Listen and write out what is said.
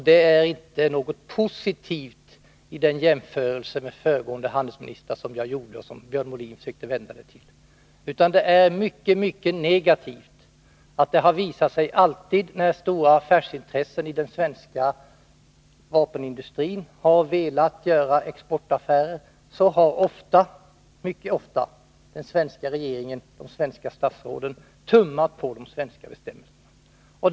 Det var inte något positivt i den jämförelse med föregående handelsministrar som jag gjorde, vilket Björn Molin försökte vända det till. Det är mycket, mycket negativt att det ofta har visat sig att den svenska regeringen och svenska statsråd har tummat på de svenska vapenexportbestämmelserna, när stora affärsintressen inom den svenska vapenindustrin har velat göra exportaffärer.